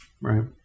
Right